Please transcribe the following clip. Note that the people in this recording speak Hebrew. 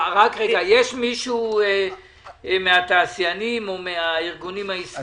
יש מישהו מהתעשיינים או מהארגונים העסקיים?